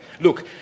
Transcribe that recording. Look